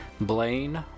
Blaine